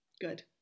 Good